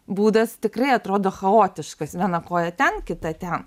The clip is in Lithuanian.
būdas tikrai atrodo chaotiškas viena koja ten kita ten